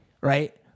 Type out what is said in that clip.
right